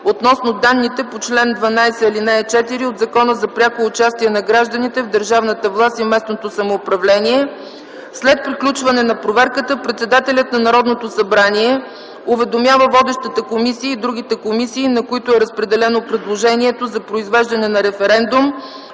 относно данните по чл. 12, ал. 4 от Закона за пряко участие на гражданите в държавната власт и местното самоуправление. След приключване на проверката председателят на Народното събрание уведомява водещата комисия и другите комисии, на които е разпределено предложението за произвеждане на референдум,